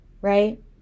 right